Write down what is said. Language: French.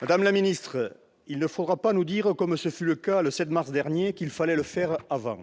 Madame la ministre, il ne faudra pas nous dire, comme ce fut le cas le 7 mars dernier, qu'il fallait le faire avant.